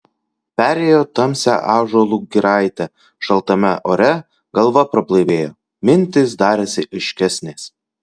perėjo tamsią ąžuolų giraitę šaltame ore galva prablaivėjo mintys darėsi aiškesnės